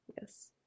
yes